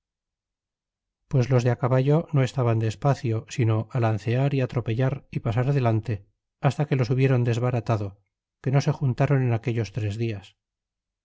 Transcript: pues los de á caballo no estaban de espacio sino alancear y atropellar y pasar adelante hasta que los hubieron desbaratado que no se juntaron en aquellos tres dias